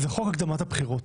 זה חוק הקדמת הבחירות.